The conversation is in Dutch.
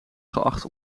geacht